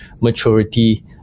maturity